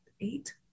eight